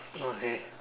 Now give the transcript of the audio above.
okay